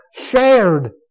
shared